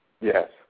Yes